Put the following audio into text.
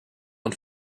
und